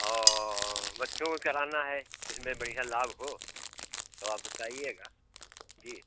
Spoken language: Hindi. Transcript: और बच्चों का कराना है जिसमें बढ़िया लाभ हो तो आप बताइएगा जी